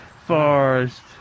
Forest